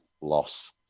loss